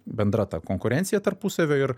bendra ta konkurencija tarpusavio ir